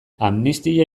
amnistia